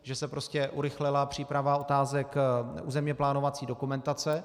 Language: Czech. Že se urychlila příprava otázek územně plánovací dokumentace.